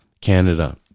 Canada